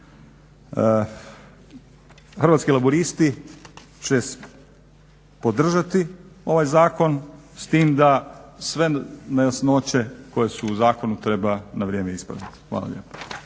Hrvatski laburisti će podržati ovaj zakon, s tim da sve nejasnoće koje su u zakonu treba na vrijeme ispraviti. Hvala